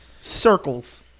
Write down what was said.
Circles